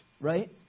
right